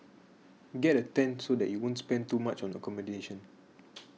get a tent so that you won't spend too much on accommodation